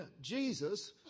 Jesus